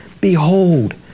behold